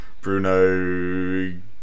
Bruno